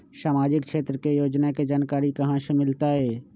सामाजिक क्षेत्र के योजना के जानकारी कहाँ से मिलतै?